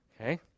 okay